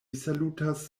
salutas